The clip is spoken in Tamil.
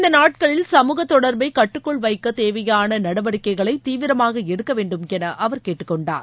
இந்தநாட்களில் தொடர்பைகட்டுக்குள் சமூக வைக்கதேவையானநடவடிக்கைகளைதீவிரமாகளடுக்கவேண்டும் எனஅவர் கேட்டுக்கொண்டார்